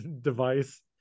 device